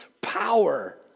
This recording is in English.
power